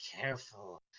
careful